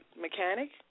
mechanic